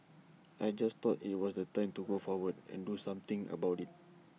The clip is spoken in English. I just thought IT was the time to go forward and do something about IT